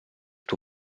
tuo